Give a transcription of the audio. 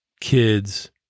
kids